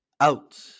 out